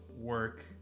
work